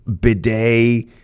bidet